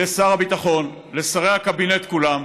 לשר הביטחון, לשרי הקבינט כולם: